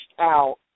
out